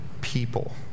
people